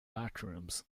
bathrooms